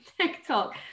TikTok